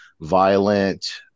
violent